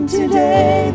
today